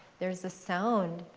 there is a sound,